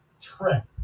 trip